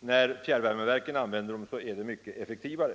När fjärrvärmeverken använder mottryckskraften, blir oljeanvändningen mycket effektivare.